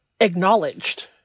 acknowledged